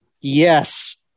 Yes